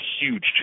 huge